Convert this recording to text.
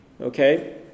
Okay